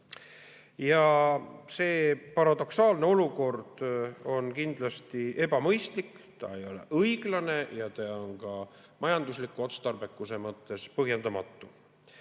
See paradoksaalne olukord on kindlasti ebamõistlik, ei ole õiglane ja on ka majandusliku otstarbekuse mõttes põhjendamatu. Sellega